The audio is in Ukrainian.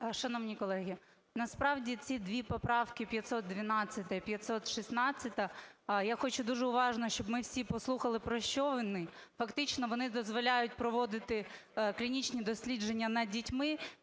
Шановні колеги, насправді ці дві поправки, 512 і 516, я хочу, дуже уважно щоб ми всі послухали, про що вони. Фактично вони дозволяють проводити клінічні дослідження над дітьми.